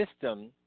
system –